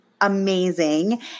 amazing